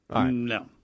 No